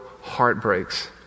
heartbreaks